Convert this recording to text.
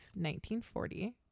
1940